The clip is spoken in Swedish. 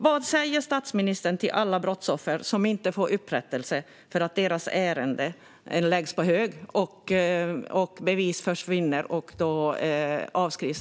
Vad säger statsministern till alla brottsoffer som inte får upprättelse för att deras ärende läggs på hög och bevis försvinner så att ärendena avskrivs?